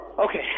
Okay